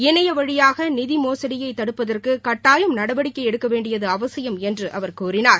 இணைய வழியாக நிதி மோசடியை தடுப்பதற்கு கட்டாயம் நடவடிக்கை எடுக்கவேண்டியது அவசியம் என்று அவர் கூறினார்